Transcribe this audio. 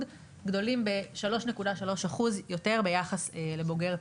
גדולים ב-3.3% יותר ביחס לבוגר פנימייה.